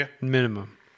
minimum